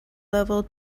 level